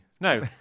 No